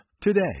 today